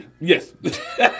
Yes